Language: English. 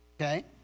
Okay